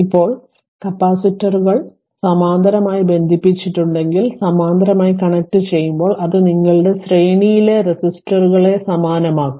ഇപ്പോൾ കപ്പാസിറ്ററുകൾ സമാന്തരമായി ബന്ധിപ്പിച്ചിട്ടുണ്ടെങ്കിൽ സമാന്തരമായി കണക്റ്റുചെയ്യുമ്പോൾ അത് നിങ്ങളുടെ ശ്രേണിയിലെ റെസിസ്റ്ററുകളെ സമാനമാക്കും